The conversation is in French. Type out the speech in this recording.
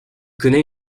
connaît